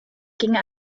ginge